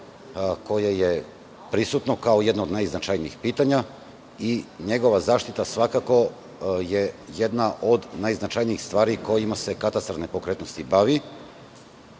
koje je prisutno kao jedno od najznačajnijih pitanja i njegova zaštita, svakako, je jedna od najznačajnijih stvari kojima se katastar nepokretnosti bavi.Za